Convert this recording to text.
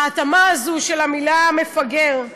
ההתאמה הזו של המילה מפגר,